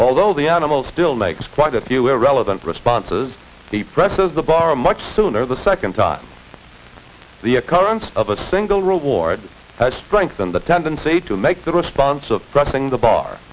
although the animal still makes quite a few irrelevant responses he presses the bar much sooner the second time the occurrence of a single reward has strengthened the tendency to make the response of pressing the bar